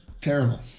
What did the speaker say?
terrible